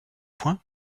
point